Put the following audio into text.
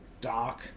dark